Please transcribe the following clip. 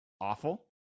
Awful